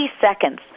seconds